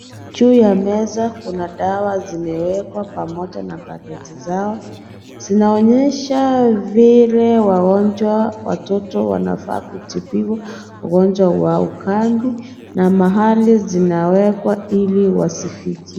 Juu ya meza Kuna dawa zimewekwa pamaja na paketi zao, zinaonyesha vile wagonjwa watoto Wanafaa kutibiwa ugonjwa wa ukumbi na mahali inawekwa Ili wasifikue.